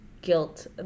Guilt